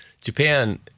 Japan